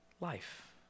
life